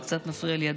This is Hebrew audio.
זה קצת מפריע לי,